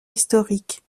historique